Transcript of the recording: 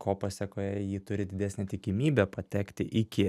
ko pasekoje ji turi didesnę tikimybę patekti iki